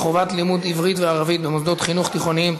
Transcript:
חובת לימוד עברית וערבית במוסדות חינוך תיכוניים),